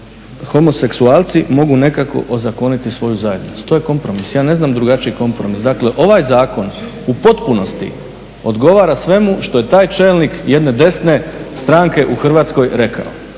homoseksualci mogu nekako ozakoniti svoju zajednicu. To je kompromis, ja ne znam drugačiji kompromis. Dakle, ovaj zakon u potpunosti odgovara svemu što je taj čelnik jedne desne stranke u Hrvatskoj rekao